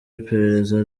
iperereza